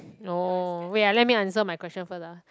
no wait ah let me answer my question first ah